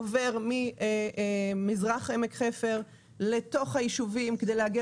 עובר ממזרח עמק חפר לתוך הישובים כדי להגיע